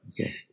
Okay